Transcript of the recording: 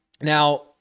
Now